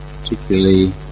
particularly